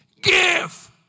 give